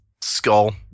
skull